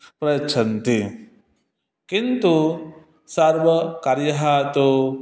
प्रयच्छन्ति किन्तु सर्वकार्यं तु